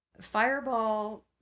fireball